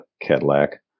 Cadillac